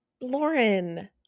Lauren